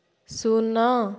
ଶୂନ